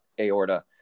Aorta